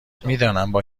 هیپسترها